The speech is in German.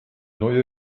neue